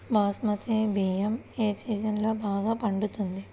బాస్మతి బియ్యం ఏ సీజన్లో బాగా పండుతుంది?